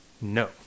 No